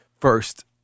First